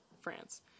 France